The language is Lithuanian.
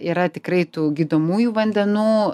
yra tikrai tų gydomųjų vandenų